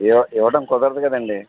ఇవ్వ ఇవ్వటం కుదరదు కదండి